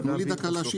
תנו לי דקה להשיב,